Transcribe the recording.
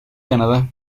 canadá